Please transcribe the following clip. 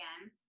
again